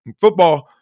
football